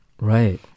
Right